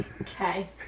Okay